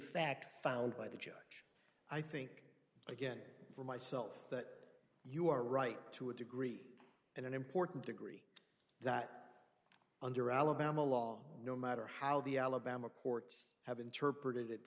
fact found by the judge i think again for myself that you are right to a degree and an important degree that under alabama law no matter how the alabama courts have interpreted